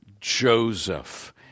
Joseph